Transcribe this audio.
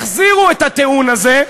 החזירו את הטיעון הזה.